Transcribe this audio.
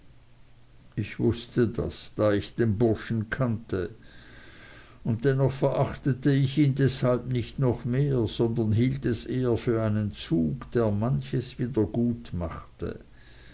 ich wußte das da ich den burschen kannte und dennoch verachtete ich ihn deshalb nicht noch mehr sondern hielt es eher für einen zug der manches wieder gut machte